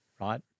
Right